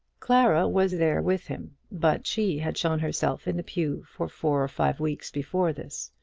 clara was there with him, but she had shown herself in the pew for four or five weeks before this.